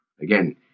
Again